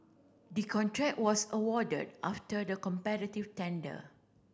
the contract was awarded after the competitive tender